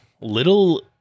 Little